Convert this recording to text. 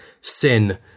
sin